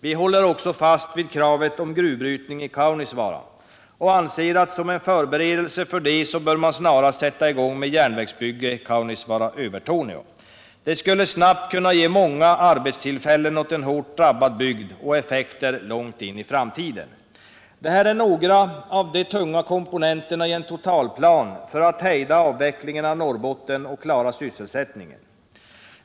Vi håller också fast vid kravet på gruvbrytning i Kaunisvaara och anser att som en förberedelse härför bör man snarast sätta i gång med järnvägsbygge Kaunisvaara-Övertorneå. Det skulle snabbt kunna ge många nya arbetstillfällen åt en hårt drabbad bygd och effekter långt in i framtiden. Det här är några av de tunga komponenterna i en totalplan för att hejda utvecklingen av Norrbotten och klara sysselsättningen.